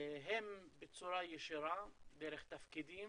הם בצורה ישירה, דרך תפקידים,